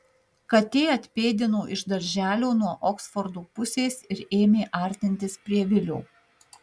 katė atpėdino iš darželio nuo oksfordo pusės ir ėmė artintis prie vilio